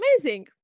amazing